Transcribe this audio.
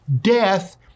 death